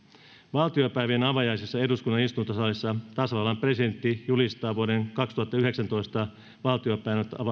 valtiopäivien avajaisissa eduskunnan istuntosalissa tasavallan presidentti julistaa vuoden kaksituhattayhdeksäntoista valtiopäivät